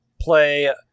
play